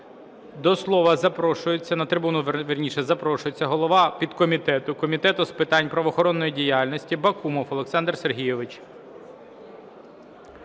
вірніше, запрошується голова підкомітету Комітету з питань правоохоронної діяльності Бакумов Олександр Сергійович.